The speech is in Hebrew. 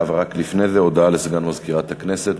לפני זה, הודעה לסגן מזכירת הכנסת.